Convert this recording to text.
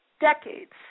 decades